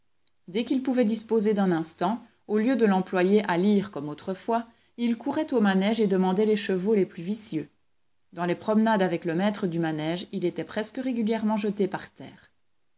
dès qu'il pouvait disposer d'un instant au lieu de l'employer à lire comme autrefois il courait au manège et demandait les chevaux les plus vicieux dans les promenades avec le maître du manège il était presque régulièrement jeté par terre